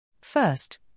First